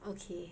okay